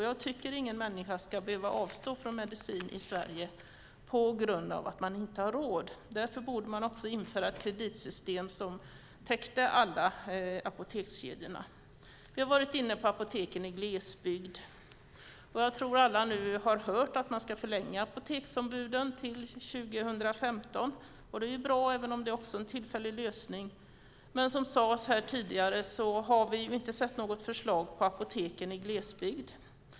Jag tycker att ingen människa ska behöva avstå från medicin i Sverige på grund av att man inte har råd. Därför borde ett kreditsystem införas som täcker alla apotekskedjorna. Jag har varit inne på apoteken i glesbygd. Jag tror att alla har hört att apoteksombudens avtal ska förlängas till 2015. Det är bra, även om det också är en tillfällig lösning. Som har sagts här tidigare har vi inte sett något förslag för apoteken i glesbygd.